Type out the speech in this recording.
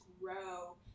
grow